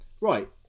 right